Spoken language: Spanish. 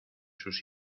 sus